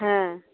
হ্যাঁ